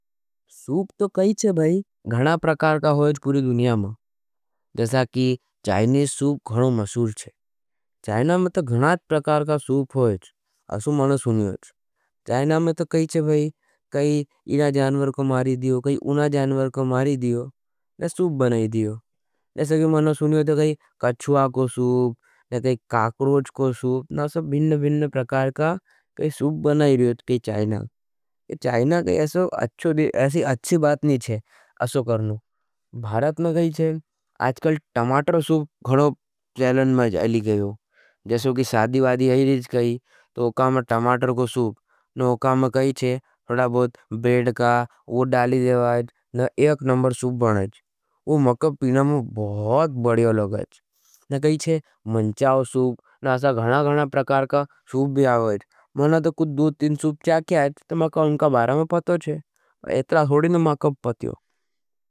सूप तो कही छे भाई, घणा प्रकार का होईज पूरी दुनिया में। जस्या की चाइनीश सूप घणों मसूर छे। चाइना में तो घणाट प्रकार का सूप होईज। असो मनो सुनियोज। चाइना में तो कही छे भाई, काई इना जानवर को मारी दियो, काई उना जानवर को मारी दियो, और सूप बनाई दियो। कच्छुआ को सूप, काकरोज को सूप, बिन बिन प्रकार का सूप बनाई दियो। चाइना ऐसी अच्छी बात नहीं चे, असो करनू। भारत में कही छे, आजकल टमाटर सूप घणों चेलन में आज आली गईओ। जसो कि सादी बादी आईरीज कही, तो उका में टमाटर को सूप, और उका में कही छे खड़ा बहुत ब्रेड का, वो डाली देवाईज, न एक नंबर सूप बनाईज। वो मकप पीना में बहुत बड़ियो लोगाईज। न कही छे मंचाओ सूप, न असा घणा-घणा प्रकार का सूप भी आईज। मना तो कुद्धू तीन सूप चाकियाईज, तो माका उनका बारा में पतो छे, पर एतरा थोड़ी न माकप पतियो।